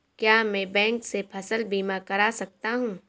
क्या मैं बैंक से फसल बीमा करा सकता हूँ?